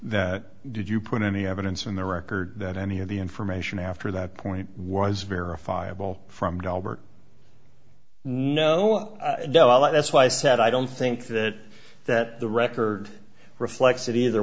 that did you put any evidence in the record that any of the information after that point was verifiable from dahlberg no well that's why i said i don't think that that the record reflects it either